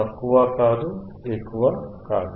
తక్కువ కాదు ఎక్కువ కాదు